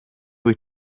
wyt